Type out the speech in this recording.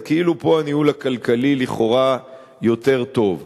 אז כאילו פה הניהול הכלכלי לכאורה יותר טוב.